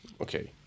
Okay